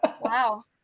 wow